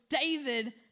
David